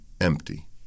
empty